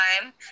time